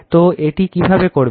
তো এটা কিভাবে করবে